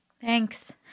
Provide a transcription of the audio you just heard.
thanks